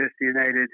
United